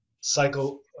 cycle